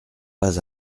pas